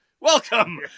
Welcome